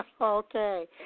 Okay